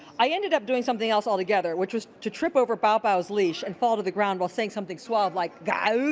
i ended up doing something else all together which was to trip over bow bow's leash and fall to the ground while saying something suave like or